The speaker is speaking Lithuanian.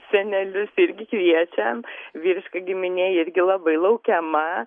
senelius irgi kviečiam vyriška giminė irgi labai laukiama